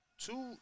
two